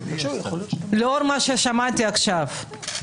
לאור מה ששמעתי עכשיו,